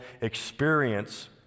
experience